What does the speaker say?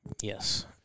Yes